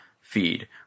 feed